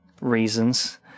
reasons